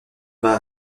bat